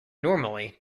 normally